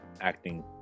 acting